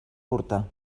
curta